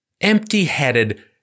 empty-headed